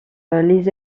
les